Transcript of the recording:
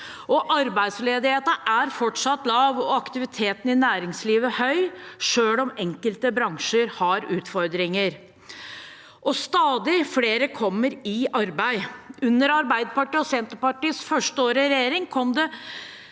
Arbeidsledigheten er fortsatt lav, og aktiviteten i næringslivet er høy, selv om enkelte bransjer har utfordringer. Stadig flere kommer i arbeid. Under Arbeiderpartiet og Senterpartiets første år i regjering kom det